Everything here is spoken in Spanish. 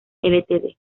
ltd